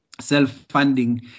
self-funding